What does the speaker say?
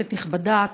כנסת נכבדה,